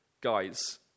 Guys